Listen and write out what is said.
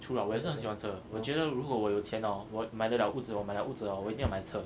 true lah 我也是很喜欢车我觉得如果我有钱 hor 我买的了屋子我买了屋子了 hor 我一定要买车